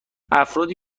افرادی